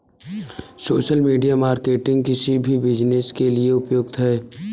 social media marketing किसी भी business के लिए उपयुक्त है